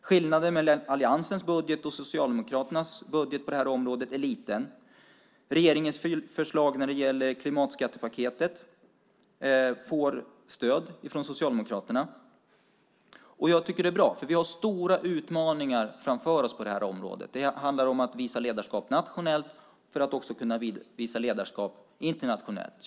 Skillnaden mellan alliansens budget och Socialdemokraternas budget på det här området är liten. Regeringens förslag i klimatskattepaketet får stöd från Socialdemokraterna. Jag tycker att det är bra. Vi har stora utmaningar framför oss på det här området. Det handlar om att visa ledarskap nationellt för att också kunna visa ledarskap internationellt.